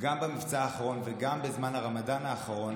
גם במבצע האחרון וגם בזמן הרמדאן האחרון,